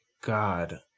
God